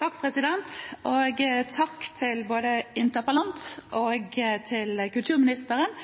Takk til både interpellanten og kulturministeren,